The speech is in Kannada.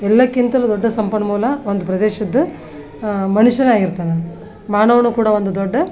ಎಲ್ಲಕ್ಕಿಂತಲೂ ದೊಡ್ಡ ಸಂಪನ್ಮೂಲ ಒಂದು ಪ್ರದೇಶದ್ದು ಮನುಷ್ಯನಾಗಿರ್ತಾನೆ ಮಾನವನೂ ಕೂಡ ಒಂದು ದೊಡ್ಡ